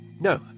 No